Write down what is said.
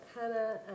Hannah